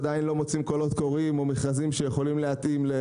עדיין לא מוצאים קולות קוראים או מכרזים שיכולים להתאים.